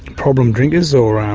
problem drinkers or um